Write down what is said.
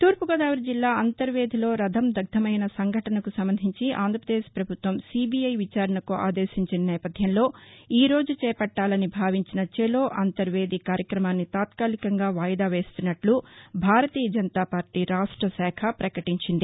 తూర్పు గోదావరి జిల్లా అంతర్వేది లో రధం దగ్గం అయిన సంఘటనకు సంబంధించి ఆంధ్రాప్రదేశ్ ప్రభుత్వం సీబీఐ విచారణకు ఆదేశించిన నేపథ్యంలో ఈరోజు చేపట్టాలని భావించిన చలో అంతర్వేది కార్యక్రమాన్ని తాత్కాలికంగా వాయిదా వేస్తున్నట్లు భారతీయ జనతా పార్టీ రాష్ట శాఖ పకటించింది